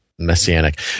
Messianic